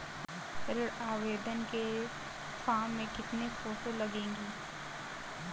ऋण आवेदन के फॉर्म में कितनी फोटो लगेंगी?